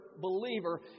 believer